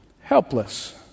helpless